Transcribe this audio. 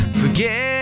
forget